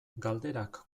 galderak